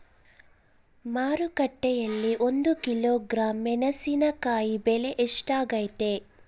ಮಾರುಕಟ್ಟೆನಲ್ಲಿ ಒಂದು ಕಿಲೋಗ್ರಾಂ ಮೆಣಸಿನಕಾಯಿ ಬೆಲೆ ಎಷ್ಟಾಗೈತೆ?